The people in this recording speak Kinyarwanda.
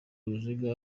uruziga